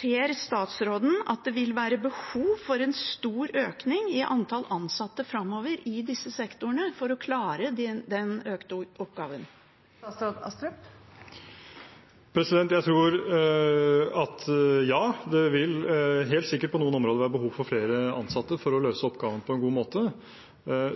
Ser statsråden at det vil være behov for en stor økning i antall ansatte framover i disse sektorene for å klare den økende oppgaven? Ja, det vil helt sikkert på noen områder være behov for flere ansatte for å løse oppgavene på en god måte.